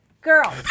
girl